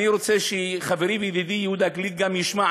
אני רוצה שחברי וידידי יהודה גליק גם ישמע.